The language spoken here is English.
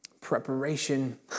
preparation